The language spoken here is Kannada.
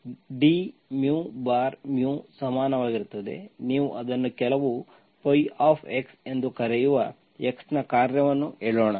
dμ ಸಮನಾಗಿರುತ್ತದೆ ನೀವು ಅದನ್ನು ಕೆಲವು ϕ ಎಂದು ಕರೆಯುವ x ನ ಕಾರ್ಯವನ್ನು ಹೇಳೋಣ